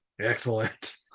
Excellent